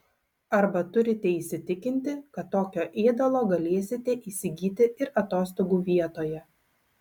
arba turite įsitikinti kad tokio ėdalo galėsite įsigyti ir atostogų vietoje